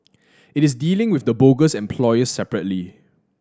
it is dealing with the bogus employers separately